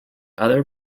other